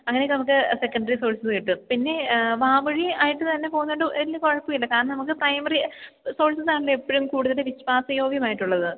അങ്ങനെയൊക്കെ നമുക്ക് secondary sources കിട്ടും പിന്നെ വാമൊഴി ആയിട്ട് തന്നെ പോകുന്നത് വലിയ കുഴപ്പം ഇല്ല കാരണം നമുക്ക് പ്രൈമറി സോഴ്സസാണല്ലോ എപ്പോഴും കൂടുതൽ വിശ്വാസയോഗ്യമായിട്ടുള്ളത്